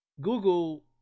Google